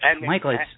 Michael